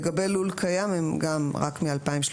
לגבי לול קיים, הם רק מ-2037.